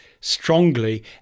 strongly